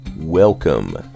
Welcome